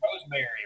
Rosemary